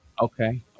Okay